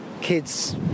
kids